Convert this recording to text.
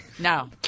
No